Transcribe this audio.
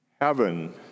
Heaven